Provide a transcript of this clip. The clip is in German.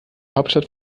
hauptstadt